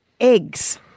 eggs